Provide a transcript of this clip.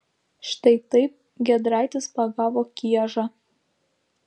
štai taip giedraitis pagavo kiežą